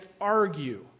argue